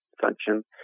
function